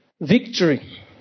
victory